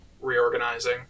reorganizing